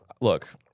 Look